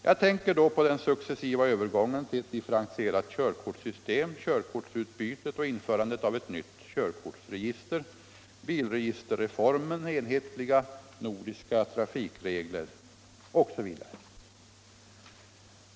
Jag tänker då på den successiva övergången till ett differentierat körkortssystem, körkortsutbytet och införandet av ett nytt körkortsregister, bilregisterreformen, enhetliga nordiska trafikregler osv.